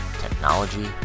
technology